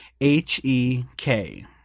H-E-K